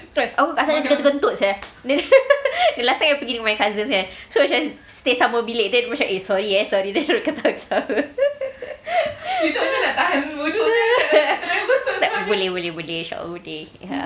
aku kat sana terkentut-kentut sia the last time I pergi dengan my cousins kan so macam stay sama bilik eh sorry eh sorry then dorang ketawa-ketawa boleh boleh boleh inshallah boleh ya